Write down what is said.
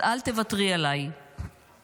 אז אל תוותרו עליי --- שוב,